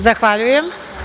Zahvaljujem.